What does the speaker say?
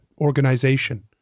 organization